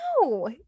No